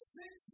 six